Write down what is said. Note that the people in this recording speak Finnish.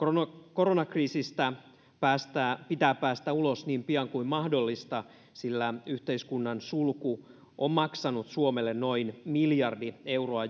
koronakriisistä pitää päästä ulos niin pian kuin mahdollista sillä yhteiskunnan sulku on maksanut suomelle noin miljardi euroa